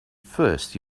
first